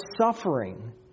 suffering